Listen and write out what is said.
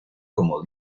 como